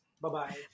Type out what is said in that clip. Bye-bye